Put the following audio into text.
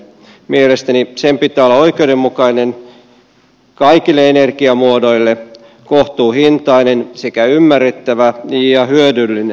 mielestäni sen pitää olla oikeudenmukainen kaikille energiamuodoille kohtuuhintainen sekä ymmärrettävä ja hyödyllinen